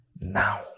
now